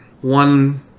one